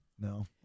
no